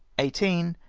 eighteen,